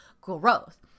growth